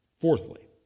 Fourthly